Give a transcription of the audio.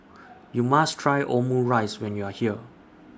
YOU must Try Omurice when YOU Are here